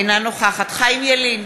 אינה נוכחת חיים ילין,